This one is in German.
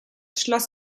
schloss